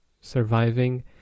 surviving